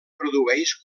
produeix